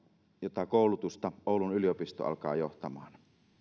jota koulutusta oulun yliopisto alkaa johtamaan